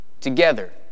Together